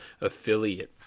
affiliate